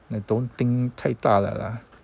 I don't think 太大了 lah